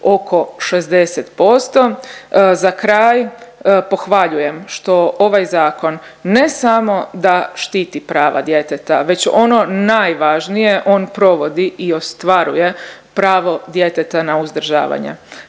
oko 60%. Za kraj pohvaljujem što ovaj zakon ne samo da štiti prava djeteta već ono najvažnije on provodi i ostvaruje pravo djeteta na uzdržavanje.